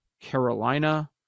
Carolina